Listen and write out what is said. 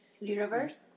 Universe